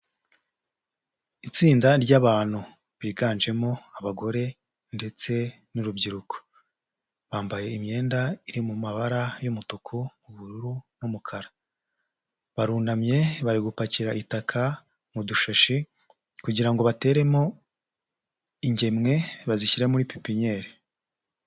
Itsinda ry'abantu biganjemo abagore ndetse n'urubyiruko. Bambaye imyenda iri mu mumabara y'umutuku, ubururu n'umukara. Barunamye bari gupakira itaka mu dushashi kugira ngo bateremo ingemwe, bazishyire muri pipiniyeri.